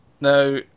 Now